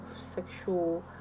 sexual